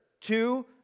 two